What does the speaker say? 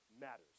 matters